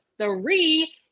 three